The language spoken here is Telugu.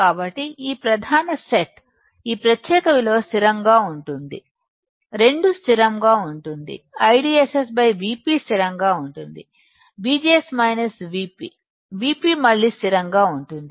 కాబట్టి ఈ ప్రధాన సెట్ ఈ ప్రత్యేక విలువ స్థిరంగా ఉంటుంది 2 స్థిరంగా ఉంటుంది IDSS Vp 2 స్థిరంగా ఉంటుంది VGS Vp Vp మళ్ళీ స్థిరంగా ఉంటుంది